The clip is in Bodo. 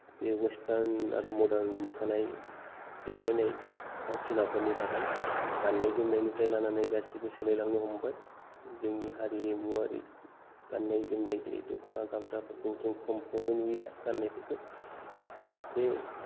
बे वेस्तार्न आरो मदार्न देखायनाय फावथिनाफोरनि थाखाय गान्नाय जोमनायनिफ्राय लानानै गासैबो सोलायलांनो हमबाय जोंनि हारिमुआरि गान्नाय जोमनाय जेरै दख'ना गामसाफोरखौ जों खमखौनो नुयो दा गान्नायफोरखौ बे